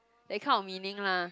that kind of meaning lah